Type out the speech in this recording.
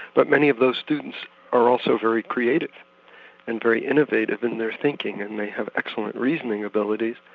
but many of those students are also very creative and very innovative in their thinking and they have excellent reasoning abilities,